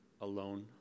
alone